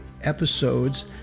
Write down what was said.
episodes